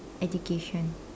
education